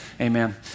amen